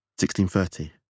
1630